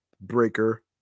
breaker